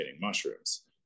mushrooms